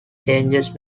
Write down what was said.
changes